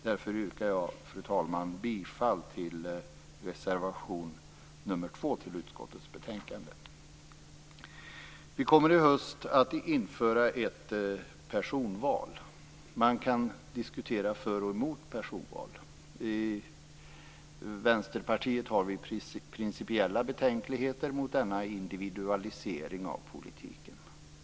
Därför yrkar jag, fru talman, bifall till reservation nr 2 till utskottets betänkande. Vi kommer i höst att införa ett personval. Man kan diskutera för och nackdelar med personval. I Vänsterpartiet har vi principiella betänkligheter mot denna individualisering av politiken.